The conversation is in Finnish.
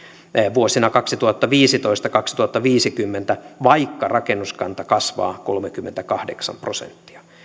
vuosina kaksituhattaviisitoista viiva kaksituhattaviisikymmentä vaikka rakennuskanta kasvaa kolmekymmentäkahdeksan prosenttia